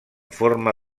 forma